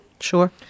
sure